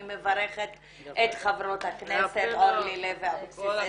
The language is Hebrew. אני מברכת את חברת הכנסת אורלי לוי אבקסיס,